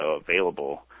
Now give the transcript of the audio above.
available